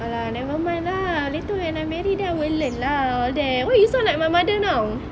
!alah! never mind lah later when I marry then I will learn lah all that why you sound like my mother now